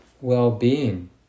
well-being